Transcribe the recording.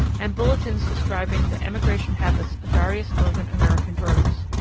and bulletins describing the emigration habits of various north american birds.